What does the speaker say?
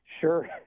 Sure